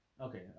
okay